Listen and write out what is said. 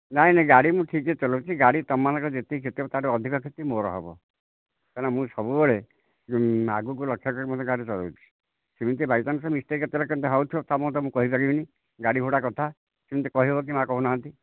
ନାଇଁ ନାଇଁ ଗାଡ଼ି ମୁଁ ଠିକ୍ ରେ ଚଲଉଛି ଗାଡ଼ି ତମମାନଙ୍କର ଯେତିକି କ୍ଷତି ହେବ ତାଠୁ ଅଧିକା କ୍ଷତି ମୋର ହେବ କାରଣ ମୁଁ ସବୁବେଳେ ଆଗୁକୁ ଲକ୍ଷ କରି ମୁଁ ଏବେ ଗାଡ଼ି ଚଲଉଛି ସେମିତି ବାଇଚାନ୍ସ ମିସ୍ଟେକ କେତେବେଳେ କେମିତି ହେଉଥିବ ତା ମୁଁ ତ କହିପାରିବିନି ଗାଡ଼ି ଘୋଡ଼ା କଥା ସିମିତି କହି ହେବକି ମାଆ କହୁନାହାନ୍ତି